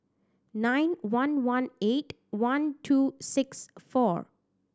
nine one one eight one two six four